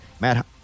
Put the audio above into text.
Matt